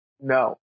No